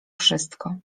wszystko